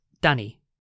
Danny